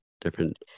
different